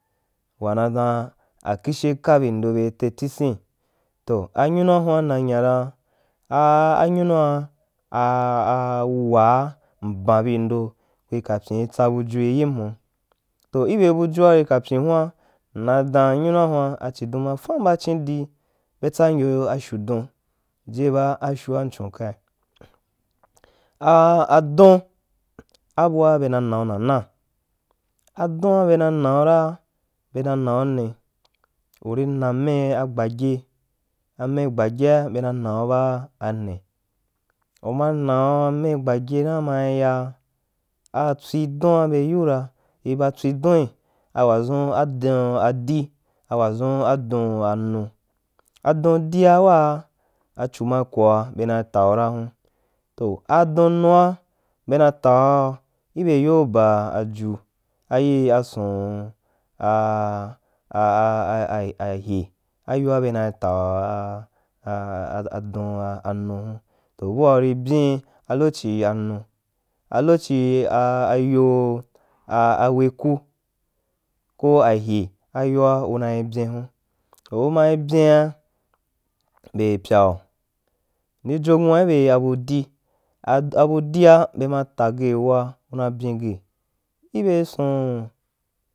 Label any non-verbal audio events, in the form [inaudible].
Wama dan akishe kabi ndo bei te tisin, toh anyunua huan mna nya ra a nyunua a [hesitation] awuwa mban bìì ndo kui ka pyin i tsa buju yim hun toh ibo bujua bei kapyin huan mna dan nyua huan a chidun ma fam ba chin di be tsanyua fyudeh jei ba afyua m chun kaīa. [hesitation] Dun abua be na nau na na aduan, be na naura be na nauni urí na me gbagye amagbagyea bena nau ba anne uma nau ameh gbagye na maì yau atswi doǐn a wadʒun aduun dí a wadʒun a duun annu a du dí awaa a chu ma koa bena taura hun toh adum nua bena tau ibe yoba u nyu ayii asun a [hesitation] a a hy. e enyoa bena ta adu a a a nu hun, to bua uri byin a lochi anu a lochi ayo a a weku ko ahye ayoa unaī byīn hun toh uai byiem bel pyau m ndi jonwa ibe abu di abu dia be ma laghe wua una bginghe ibe sun.